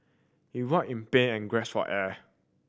he writhed in pain and gasped for air